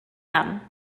them